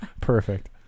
Perfect